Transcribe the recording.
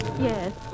Yes